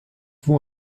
vous